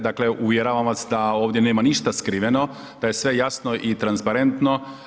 Dakle uvjeravam vas da ovdje nema ništa skriveno da je sve jasno i transparentno.